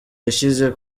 yashyize